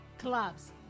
clubs